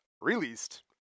released